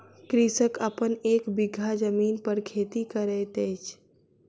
कृषक अपन एक बीघा भूमि पर खेती करैत अछि